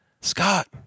Scott